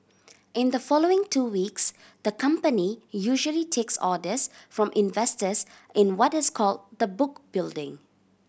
in the following two weeks the company usually takes orders from investors in what is called the book building